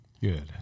Good